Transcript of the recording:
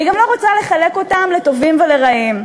אני גם לא רוצה לחלק אותם לטובים ולרעים,